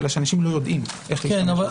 אלא שאנשים לא יודעים איך להשתמש בזה.